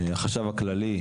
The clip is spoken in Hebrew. החשב הכללי,